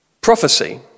prophecy